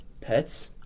Pets